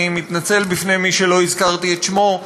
אני מתנצל בפני מי שלא הזכרתי את שמו.